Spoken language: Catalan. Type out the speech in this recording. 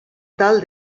tal